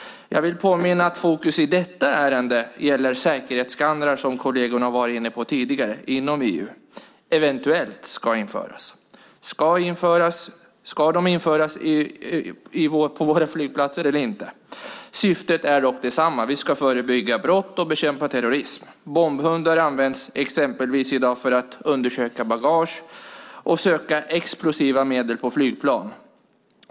Jag vill påminna att fokus i detta ärende, som kollegerna har varit inne på tidigare, gäller om säkerhetsskannrar inom EU eventuellt ska införas. Ska de införas på våra flygplatser eller inte? Syftet är dock detsamma; vi ska förebygga brott och bekämpa terrorism. Bombhundar används exempelvis i dag för att undersöka bagage och söka explosiva medel på flygplan.